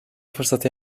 fırsatı